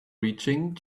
reaching